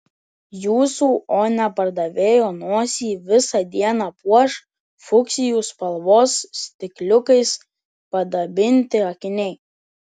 jūsų o ne pardavėjo nosį visą dieną puoš fuksijų spalvos stikliukais padabinti akiniai